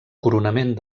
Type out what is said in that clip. coronament